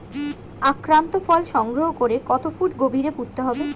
আক্রান্ত ফল সংগ্রহ করে কত ফুট গভীরে পুঁততে হবে?